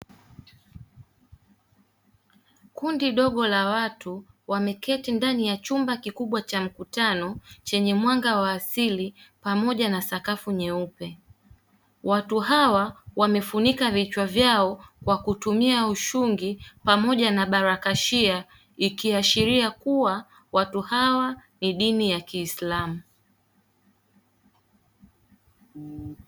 Kundi dogo la watu wameketi ndani ya chumba kikubwa cha mkutano chenye mwanga wa asili pamoja na sakafu nyeupe. Watu hawa wamefunika vichwa vyao kwa kutumia ushungi pamoja na baraghashia ikiashiria kuwa watu hawa ni dini ya kiislamu.